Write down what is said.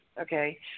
okay